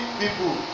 people